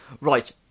Right